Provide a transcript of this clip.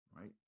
right